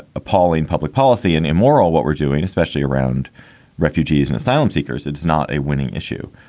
appalling public policy and immoral what we're doing, especially around refugees and asylum seekers, it's not a winning issue.